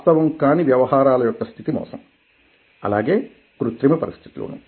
వాస్తవం కాని వ్యవహారాల యొక్క స్థితి మోసం అలాగే కృత్రిమ పరిస్థితులూను